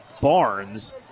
Barnes